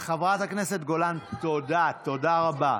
חברת הכנסת גולן, תודה, תודה רבה.